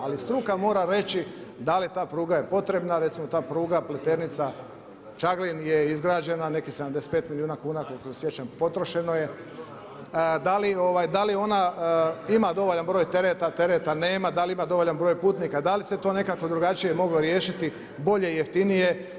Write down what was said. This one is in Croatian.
Ali struka mora reći da li je ta pruga potrebna, recimo ta pruga Pleternica-Čaglin je izgrađena nekih 75 milijuna kuna koliko se sjećam potrošeno je, da li ona ima dovoljan broj tereta, tereta nema, da li ima dovoljan broj putnika, da li se to nekako drugačije moglo riješiti, bolje, jeftinije.